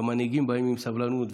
והמנהיגים באים עם סבלנות,